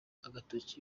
agatoki